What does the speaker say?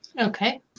Okay